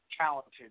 talented